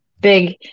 big